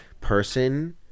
person